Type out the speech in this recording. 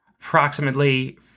approximately